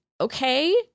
okay